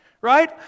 right